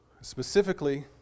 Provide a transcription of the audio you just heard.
Specifically